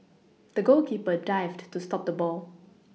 the goalkeeper dived to stop the ball